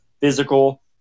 physical